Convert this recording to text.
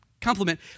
compliment